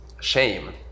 shame